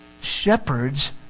Shepherds